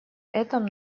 этом